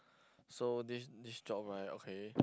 so this this job right okay